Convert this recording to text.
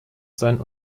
sein